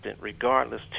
regardless